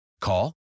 Call